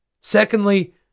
Secondly